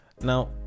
now